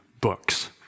books